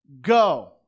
go